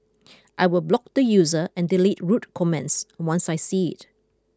I will block the user and delete rude comments once I see it